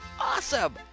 Awesome